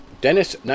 Dennis